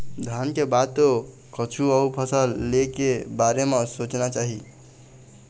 धान के बाद तो कछु अउ फसल ले के बारे म सोचना चाही